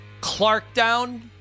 Clarkdown